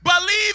Believe